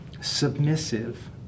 submissive